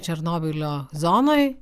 černobylio zonoj